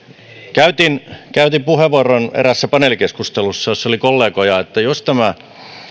käytin käytin puheenvuoron eräässä paneelikeskustelussa jossa oli kollegoja että jos tämä